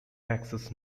access